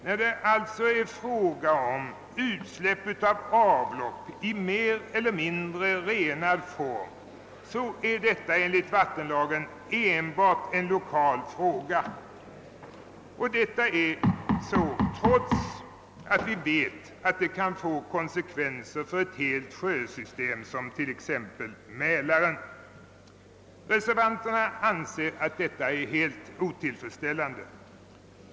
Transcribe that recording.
När det alltså är fråga om utsläpp av avlopp i mer eller mindre renad form är detta enligt vattenlagen enbart en lokal fråga, och detta gäller trots att det kan få konsekvenser för ett helt sjösystem som t.ex. Mälaren. Reservanterna anser att detta är helt otillfredsställande.